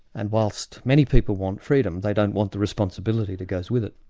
and whilst many people want freedom they don't want the responsibility that goes with it.